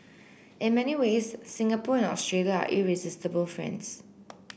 in many ways Singapore and Australia are irresistible friends